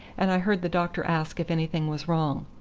and i heard the doctor ask if anything was wrong.